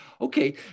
Okay